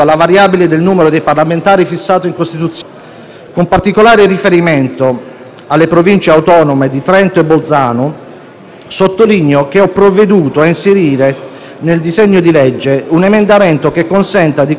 sottolineo che ho provveduto a inserire nel disegno di legge un emendamento che consenta di contemperare tutte le richieste che mi sono pervenute, al fine di rimanere fedele alle garanzie riconosciute al Trentino-Alto Adige finora.